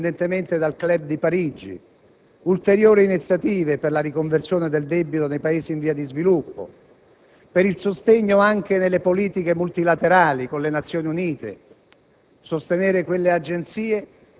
se possiamo attuare, indipendentemente dal *Club* di Parigi, ulteriori iniziative per la riconversione del debito dei Paesi in via di sviluppo, per il sostegno delle politiche multilaterali con le Nazioni Unite,